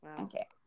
Okay